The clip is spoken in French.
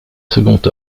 second